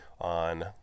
on